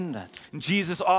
Jesus